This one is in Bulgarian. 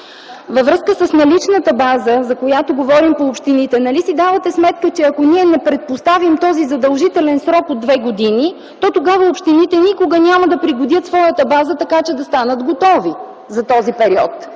Във връзка с наличната база, за която говорим по общините. Нали си давате сметка, че ако ние не предпоставим този задължителен срок от две години, то тогава общините никога няма да пригодят своята база, така че да станат готови за този период.